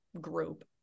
group